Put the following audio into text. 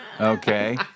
Okay